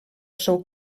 seu